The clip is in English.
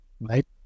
right